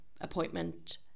appointment